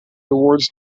awards